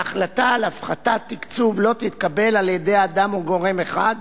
ההחלטה על הפחתת תקצוב לא תתקבל על-ידי אדם או גורם אחד,